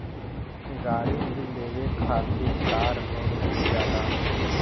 गाड़ी भी लेवे खातिर कार लोन मिल जाला